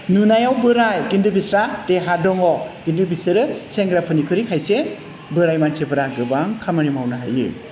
नुनायाव बोराय किन्तु बिस्रा देहा दङ किन्तु बिसोरो सेंग्राफोरनिख्रुइ खायसे बोराय मानसिफोरा गोबां खामानि मावनो हायो